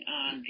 on